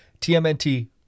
TMNT